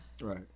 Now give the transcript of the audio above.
right